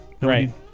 Right